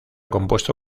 compuesta